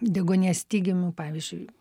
deguonies stygiumi pavyzdžiui